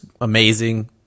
amazing